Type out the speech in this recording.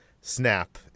Snap